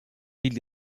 ville